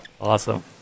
awesome